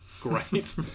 great